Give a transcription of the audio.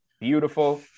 Beautiful